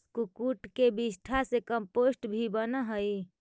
कुक्कुट के विष्ठा से कम्पोस्ट भी बनअ हई